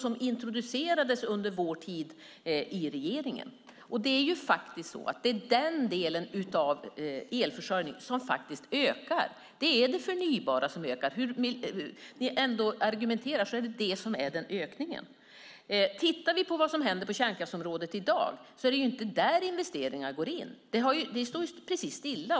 Det introducerades under vår tid i regeringen. Den del av elförsörjningen som faktiskt ökar är den förnybara. Hur ni än argumenterar är det ändå den som står för ökningen. Tittar vi på vad som händer på kärnkraftsområdet i dag ser vi att det inte är där investeringar går in. Det står precis stilla.